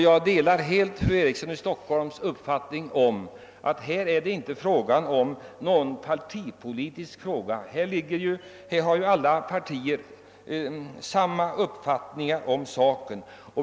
Jag delar helt fru Erikssons i Stockholm uppfattning att detta inte är någon partipolitisk fråga. Alla partier har ju samma uppfattning om saken.